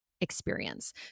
experience